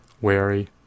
wary